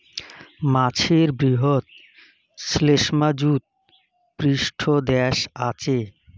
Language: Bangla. মাছের বৃহৎ শ্লেষ্মাযুত পৃষ্ঠদ্যাশ আচে